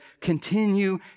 continue